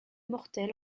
mortelle